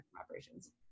operations